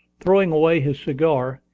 throwing away his cigar,